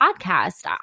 podcast